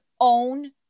own